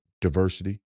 diversity